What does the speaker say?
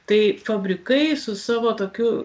tai fabrikai su savo tokiu